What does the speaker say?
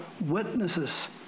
witnesses